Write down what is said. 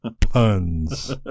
puns